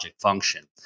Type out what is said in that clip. function